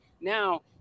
Now